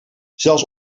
zelfs